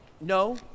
No